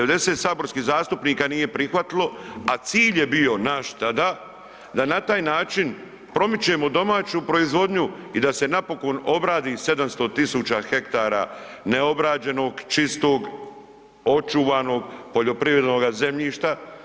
90 saborskih zastupnika nije prihvatilo, a cilj je bio naš tada da na taj način promičemo domaću proizvodnju i da se napokon obradi 700.000 hektara neobrađenog čistog očuvanog poljoprivrednoga zemljišta.